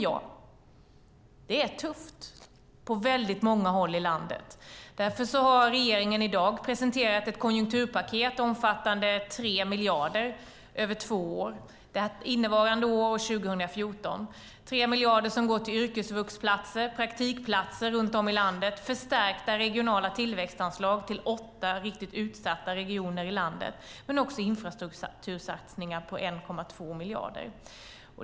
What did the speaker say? Ja, det är tufft på många håll i landet. Därför har regeringen i dag presenterat ett konjunkturpaket omfattande 3 miljarder över två år, innevarande år och 2014. Det är 3 miljarder som går till yrkesvuxplatser, praktikplatser runt om i landet, förstärkta regionala tillväxtanslag till åtta riktigt utsatta regioner i landet men också infrastruktursatsningar på 1,2 miljarder.